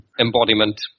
embodiment